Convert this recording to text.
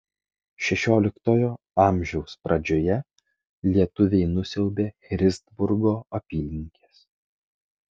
šešioliktojo amžiaus pradžioje lietuviai nusiaubė christburgo apylinkes